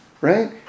Right